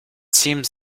seems